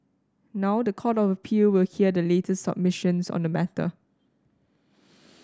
now the Court of Appeal will hear the latest submissions on the matter